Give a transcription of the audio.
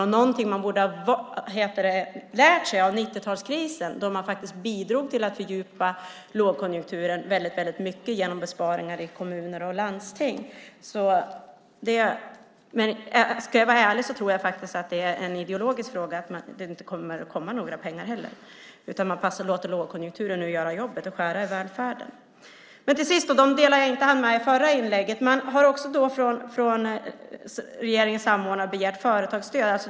Detta är någonting man borde ha lärt sig av 90-talskrisen, då man faktiskt bidrog till att fördjupa lågkonjunkturen väldigt mycket genom besparingar i kommuner och landsting. Om jag ska vara ärlig tror jag faktiskt att det är en ideologisk fråga, och att det inte kommer att komma några pengar. Man låter nu lågkonjunkturen göra jobbet och skära i välfärden. Till sist ska jag ta upp de delar jag inte hann med i förra inlägget. Regeringens samordnare har begärt företagsstöd.